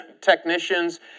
technicians